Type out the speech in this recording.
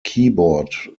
keyboard